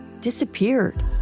disappeared